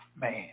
man